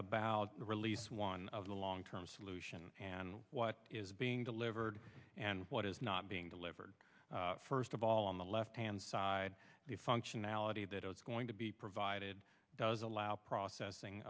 the release one of the long term solution and what is being delivered and what is not being delivered first of all on the left hand side the functionality that it's going to be provided does allow processing